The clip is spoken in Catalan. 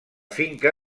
finca